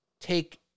take